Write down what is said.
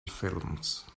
films